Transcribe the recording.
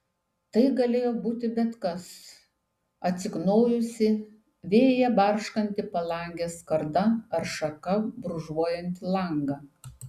tai galėjo būti bet kas atsiknojusi vėjyje barškanti palangės skarda ar šaka brūžuojanti langą